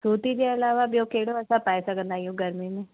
सूती जे अलावा ॿियो कहिड़ो असां पाए सघंदा आहियूं गर्मी में